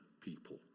people